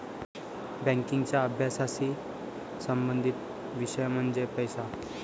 बँकिंगच्या अभ्यासाशी संबंधित विषय म्हणजे पैसा